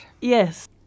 yes